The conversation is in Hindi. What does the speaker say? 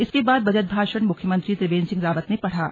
इसके बाद बजट भाषण मुख्यमंत्री त्रिवेंद्र सिंह रावत ने पढ़ा